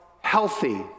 healthy